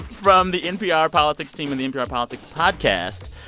from the npr politics team and the npr politics podcast.